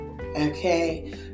Okay